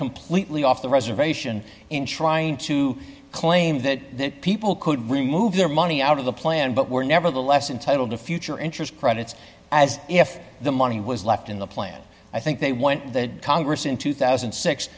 completely off the reservation in trying to claim that people could remove their money out of the plan but were nevertheless entitle to future interest credits as if the money was left in the plan i think they went to congress in two thousand